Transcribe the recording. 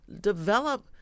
develop